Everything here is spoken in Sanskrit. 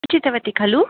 उचितवती खलु